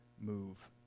move